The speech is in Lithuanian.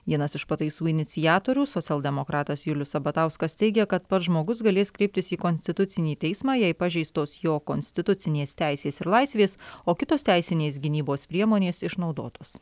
vienas iš pataisų iniciatorių socialdemokratas julius sabatauskas teigia kad pats žmogus galės kreiptis į konstitucinį teismą jei pažeistos jo konstitucinės teisės ir laisvės o kitos teisinės gynybos priemonės išnaudotos